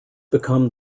become